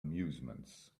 amusements